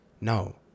No